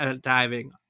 diving